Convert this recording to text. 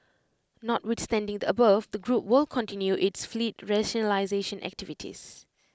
notwithstanding the above the group will continue its fleet rationalisation activities